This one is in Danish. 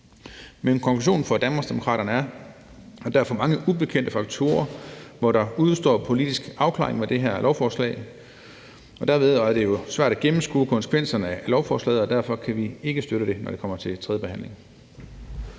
Men konklusionen fra Danmarksdemokraterne er, at der er for mange ubekendte faktorer, hvor der udestår en politisk afklaring af lovforslaget, og så er det jo svært at gennemskue konsekvenserne af det, og derfor kan vi ikke støtte det, når det kommer til tredje behandling.